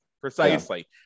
Precisely